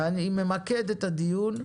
ואני ממקד את הדיון: